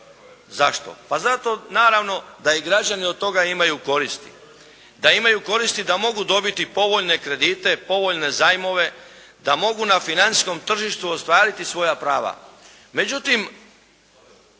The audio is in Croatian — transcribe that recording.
Zašto? Pa zato naravno da i građani od toga imaju koristi. Da imaju koristi da mogu dobiti povoljne kredite, povoljne zajmove, da mogu na financijskom tržištu ostvariti svoja prava.